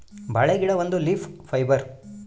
ಬಾಳೆ ಗಿಡ ಒಂದು ಲೀಫ್ ಫೈಬರ್